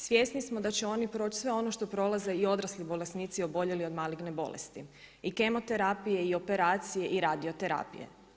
Svjesni smo da će oni proći sve ono što prolaze i odrasli bolesnici oboljeli od maligne bolesti i kemoterapije i operacije i radioterapije.